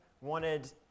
wanted